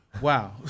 Wow